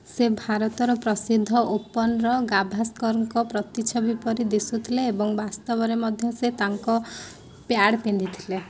ସେ ଭାରତର ପ୍ରସିଦ୍ଧ ଓପନର୍ ଗାଭାସ୍କରଙ୍କ ପ୍ରତିଛବି ପରି ଦିଶୁଥିଲେ ଏବଂ ବାସ୍ତବରେ ମଧ୍ୟ ସେ ତାଙ୍କ ପ୍ୟାଡ଼୍ ପିନ୍ଧିଥିଲେ